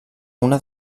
una